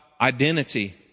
identity